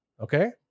Okay